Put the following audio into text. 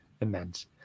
immense